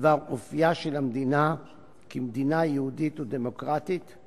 בדבר אופיה של המדינה כמדינה יהודית ודמוקרטית,